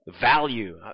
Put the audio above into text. Value